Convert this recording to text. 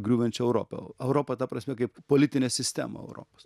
griūvančią europą europą ta prasme kaip politinę sistemą europos